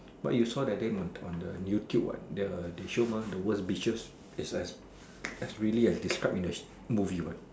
but you saw that day on on the YouTube what the they show mah the word beaches that's why I say as really as describe in the movie what